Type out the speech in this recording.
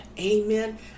Amen